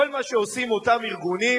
כל מה שעושים אותם ארגונים,